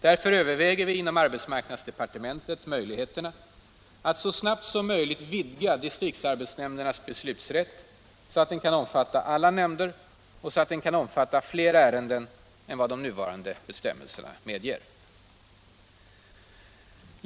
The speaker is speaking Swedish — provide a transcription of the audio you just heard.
Därför överväger vi inom arbetsmarknadsdepartementet möjligheterna att så snabbt som möjligt vidga distriktsarbetsnämndernas beslutsrätt, så att den kan omfatta alla nämnder och så att den kan omfatta flera ärenden än vad nuvarande bestämmelser medger.